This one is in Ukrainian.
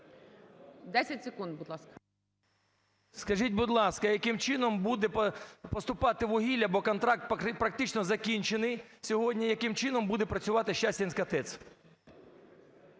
10 секунд, будь ласка. ШАХОВ С.В. Скажіть, будь ласка, яким чином буде поступати вугілля, бо контракт практично закінчений сьогодні, яким чином буде працювати Щастинська ТЕЦ?